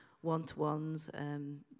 one-to-ones